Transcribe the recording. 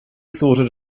thought